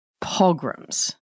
pogroms